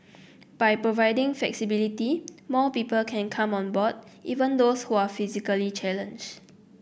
by providing flexibility more people can come on board even those who are physically challenged